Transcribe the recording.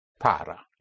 para